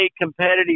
competitive